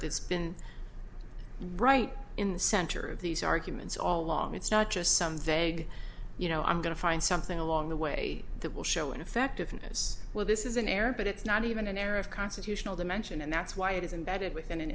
that's been right in the center of these arguments all long it's not just some vague you know i'm going to find something along the way that will show ineffectiveness well this is an error but it's not even an error of constitutional dimension and that's why it is embedded within an